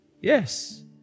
Yes